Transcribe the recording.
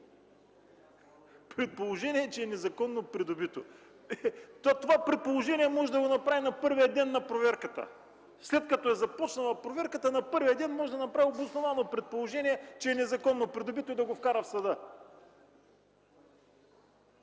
при положение че е незаконно придобито?! Това предположение може да се направи на първия ден на проверката. След като е започнала проверката, на първия ден може да се направи обосновано предположение, че е незаконно придобито и да го вкара в съда.